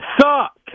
suck